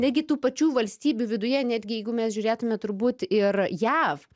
netgi tų pačių valstybių viduje netgi jeigu mes žiūrėtume turbūt ir jav